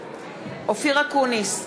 בעד אופיר אקוניס,